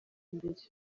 mbere